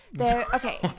Okay